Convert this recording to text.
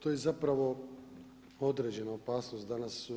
To je zapravo određena opasnost danas